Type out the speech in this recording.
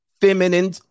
feminine